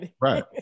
Right